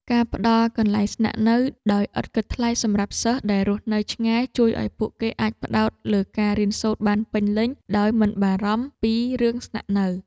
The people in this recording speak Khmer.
ការផ្តល់កន្លែងស្នាក់នៅដោយឥតគិតថ្លៃសម្រាប់សិស្សដែលរស់នៅឆ្ងាយជួយឱ្យពួកគេអាចផ្តោតលើការរៀនសូត្របានពេញលេញដោយមិនបារម្ភពីរឿងស្នាក់នៅ។